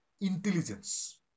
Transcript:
intelligence